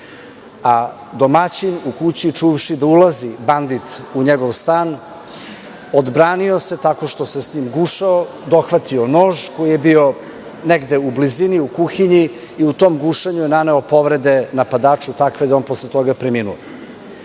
Domaćin u kući, čuvši da ulazi bandit u njegov stan, odbranio se tako što se sa njim gušao, dohvatio nož koji je bio negde u blizini, u kuhinji, i u tom gušenju je naneo povrede napadaču, takve da je on posle toga preminuo. Kod